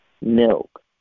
milk